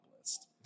list